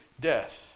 death